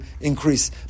increase